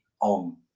on